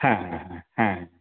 হ্যাঁ হ্যাঁ হ্যাঁ হ্যাঁ হ্যাঁ